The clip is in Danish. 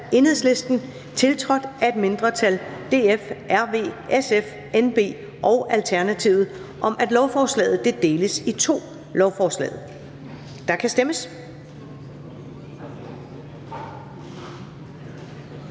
mindretal (EL), tiltrådt af et mindretal (DF, RV, SF, NB og ALT), om, at lovforslaget deles i to lovforslag, og der kan stemmes.